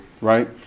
right